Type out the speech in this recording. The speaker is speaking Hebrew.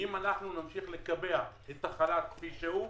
אם נמשיך לקבע את החל"ת כפי שהוא,